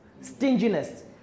Stinginess